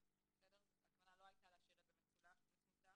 ובשלה נתן המשלם הוראת תשלום לביצוע פעולת תשלום